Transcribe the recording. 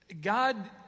God